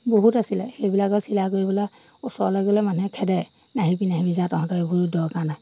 বহুত আছিলে সেইবিলাকৰ চিলাই কৰিবলৈ ওচৰলৈ গ'লে মানুহে খেদে নাহিবি নাহিবি যা তহঁতৰ এইবোৰ দৰকাৰ নাই